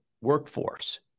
workforce